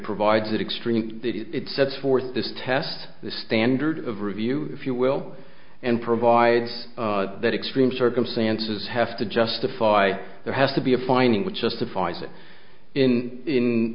provides an extreme it sets forth this test the standard of review if you will and provides that extreme circumstances have to justify there has to be a finding which justifies it in i